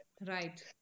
Right